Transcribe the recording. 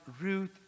Ruth